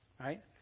Right